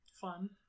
fun